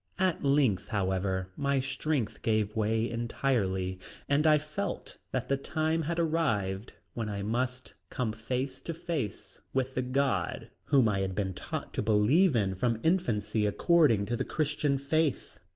at length, however, my strength gave way entirely and i felt that the time had arrived when i must come face to face with the god whom i had been taught to believe in from infancy according to the christian faith.